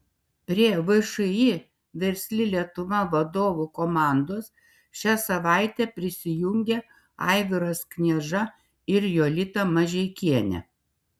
prie všį versli lietuva vadovų komandos šią savaitę prisijungė aivaras knieža ir jolita mažeikienė